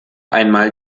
einmal